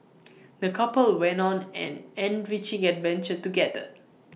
the couple went on an enriching adventure together